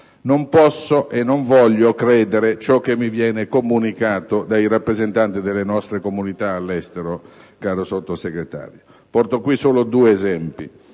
Non posso e non voglio credere a ciò che mi viene comunicato dai rappresentanti delle nostre comunità all'estero, caro Sottosegretario. Porto qui solo due esempi: